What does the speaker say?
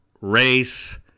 Race